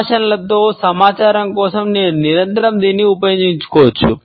సంభాషణలలో సమాచారం కోసం నేను నిరంతరం దీనిని ఉపయోగించుకోవచ్చు